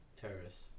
terrorists